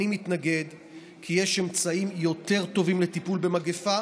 אני מתנגד כי יש אמצעים יותר טובים לטיפול במגפה,